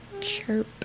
chirp